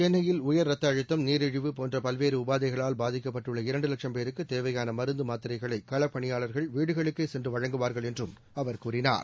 சென்னையில் உயர் ரத்த அழுத்தம் நீரிழிவு போன்ற பல்வேறு உபாதைகளால் பாதிக்கப்பட்டுள்ள இரண்டு லட்சம் பேருக்கு தேவையான மருந்து மாத்திரைகளை களப்பணியாளர்கள் வீடுகளுக்கே சென்று வழங்குவார்கள் என்றும் அவர் கூறினார்